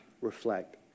reflect